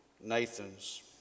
Nathans